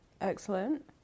excellent